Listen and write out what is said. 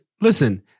listen—